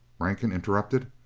rankin interrupted.